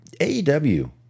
AEW